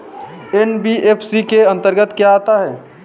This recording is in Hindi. एन.बी.एफ.सी के अंतर्गत क्या आता है?